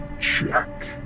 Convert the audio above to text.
check